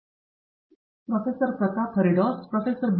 ಪ್ರಾಧ್ಯಾಪಕ ಪ್ರತಾಪ್ ಹರಿಡೋಸ್ professor B